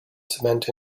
cement